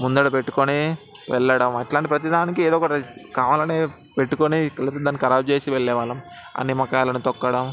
ముందరపెట్టుకుని వెళ్ళడం అట్లానే ప్రతీదానికి ఏదో ఒకటి కావాలని పెట్టుకొనీ కరాబ్ చేసి వెళ్ళే వాళ్ళం ఆ నిమ్మకాయలు తొక్కడం